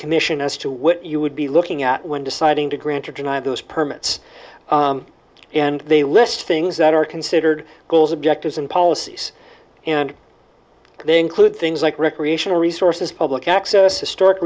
commission as to what you would be looking at when deciding to grant or deny those permits and they list things that are considered goals objectives and policies and they include things like recreational resources public access historic